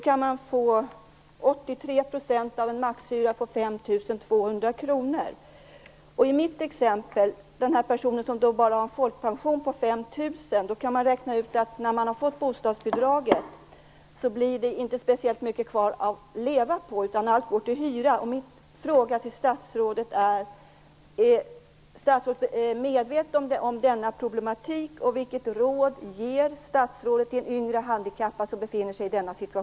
Man kan få 83 % av en maxhyra på 5 200 kr. I mitt exempel, där en person bara har folkpension på 5 000 kr, kan man räkna ut att när den personen har fått bostadsbidraget blir det inte speciellt mycket kvar att leva på. Allt går till hyra.